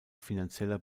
finanzieller